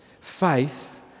Faith